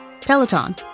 Peloton